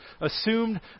assumed